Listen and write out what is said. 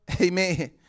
Amen